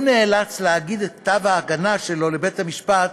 הוא נאלץ להגיש את כתב ההגנה שלו לבית-המשפט